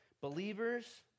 Believers